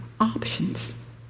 options